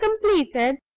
completed